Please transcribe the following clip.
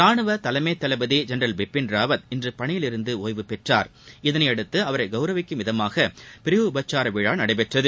ரானுவ தலைமை தளபதி ஜெனரல் பிபின் ராவத் இன்று பணியிலிருந்து ஒய்வு பெற்றார் இதனையடுத்து அவரை கௌரவிக்கும் விதமாக பிரிவு உபச்சார விழா நடைபெற்றது